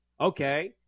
okay